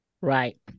Right